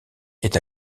est